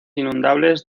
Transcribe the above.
inundables